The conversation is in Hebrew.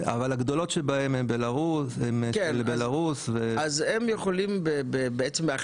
אבל הגדולות שביניהן הן של בלארוס- -- אז הן יכולות בהחלטה